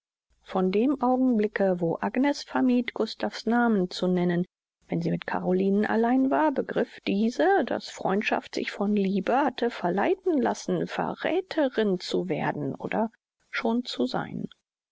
von dem augenblicke wo agnes vermied gustav's namen zu nennen wenn sie mit carolinen allein war begriff diese daß freundschaft sich von liebe hatte verleiten lassen verrätherin zu werden oder schon zu sein